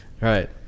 right